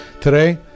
Today